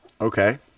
Okay